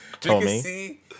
Tommy